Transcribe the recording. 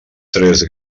tres